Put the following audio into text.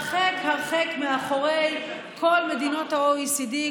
הרחק הרחק מאחורי כל מדינות ה-OECD,